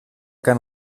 que